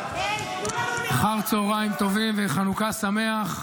--- אחר צוהריים טובים וחנוכה שמח.